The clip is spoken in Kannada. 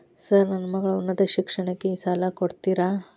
ಸರ್ ನನ್ನ ಮಗಳ ಉನ್ನತ ಶಿಕ್ಷಣಕ್ಕೆ ಸಾಲ ಕೊಡುತ್ತೇರಾ?